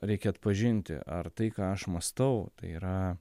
reikia atpažinti ar tai ką aš mąstau tai yra